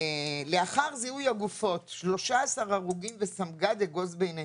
'לאחר זיהוי הגופות 13 הרוגים וסמג"ד אגוז ביניהן',